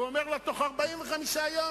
הוא אומר לה: בתוך 45 יום,